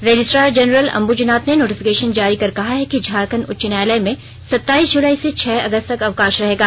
registrar general Ambuj Nath ने notification जारी कर कहा है कि झारखंड उच्च न्यायालय में सताइस जुलाई से छह अगस्त तक अवकाश रहेगा